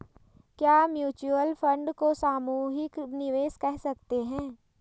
क्या mutual fund को सामूहिक निवेश कह सकते हैं?